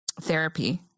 therapy